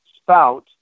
spout